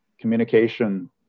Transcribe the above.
communication